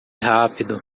rápido